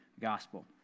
gospel